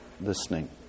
listening